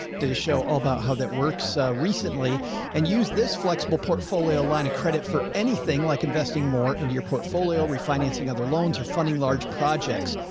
did a show all about how that works recently and use this flexible portfolio line of credit for it. anything like investing more into your portfolio, refinancing other loans or funding, large projects.